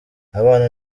abana